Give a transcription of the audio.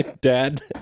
dad